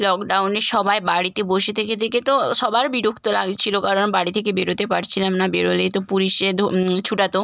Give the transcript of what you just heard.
লকডাউনে সবাই বাড়িতে বসে থেকে থেকে তো ও সবার বিরক্ত লাগছিল কারণ বাড়ি থেকে বেরোতে পারছিলাম না বেরোলেই তো পুলিশে ধো ছুটাত